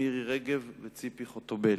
מירי רגב וציפי חוטובלי.